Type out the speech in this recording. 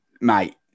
Mate